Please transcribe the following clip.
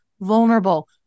vulnerable